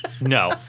No